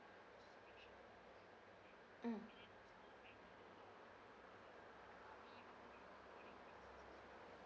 mm